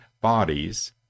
bodies